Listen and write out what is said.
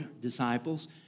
disciples